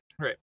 right